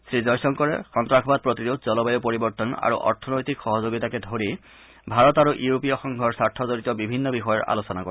শ্ৰীজয়শংকৰে সন্ত্ৰাসবাদ প্ৰতিৰোধ জলবায়ু পৰিৱৰ্তন আৰু অৰ্থনৈতিক সহযোগীতাকে ধৰি ভাৰত আৰু ইউৰোপীয় সংঘৰ স্বাৰ্থ জড়িত বিভিন্ন বিষয়ৰ আলোচনা কৰে